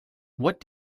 what